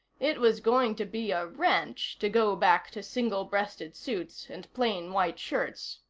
it was going to be a wrench to go back to single-breasted suits and plain white shirts.